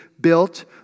built